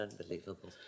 Unbelievable